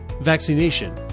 vaccination